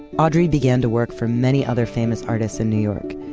audrey began to work for many other famous artists in new york.